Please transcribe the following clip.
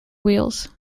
wheels